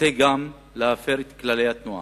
נוטה גם להפר את כללי התנועה.